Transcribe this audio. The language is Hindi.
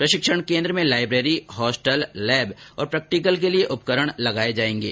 प्रशिक्षण केंद्र में लाईब्रेरी हॉस्टल लैब और प्रेक्टिकल के लिए उपकरण लगाए जाएंगे